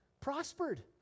prospered